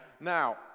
Now